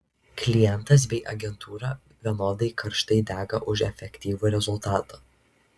klientas bei agentūra vienodai karštai dega už efektyvų rezultatą